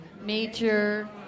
Major